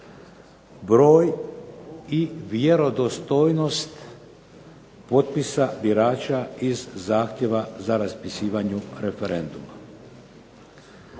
broj i vjerodostojnost potpisa birača iz zahtjeva za raspisivanje referenduma.